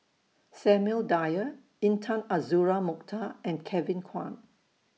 Samuel Dyer Intan Azura Mokhtar and Kevin Kwan